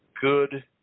good